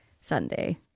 Sunday